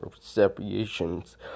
Separations